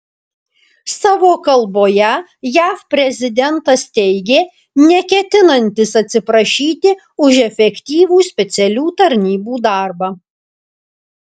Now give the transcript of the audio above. savo kalboje jav prezidentas teigė neketinantis atsiprašyti už efektyvų specialių tarnybų darbą